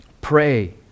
Pray